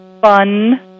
fun